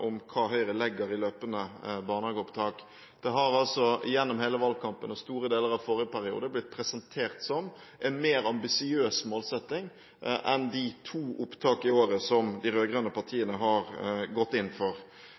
om hva Høyre legger i «løpende barnehageopptak». Det har gjennom hele valgkampen og i store deler av forrige periode blitt presentert som en mer ambisiøs målsetting enn de to opptakene i året som de rød-grønne partiene har gått inn for.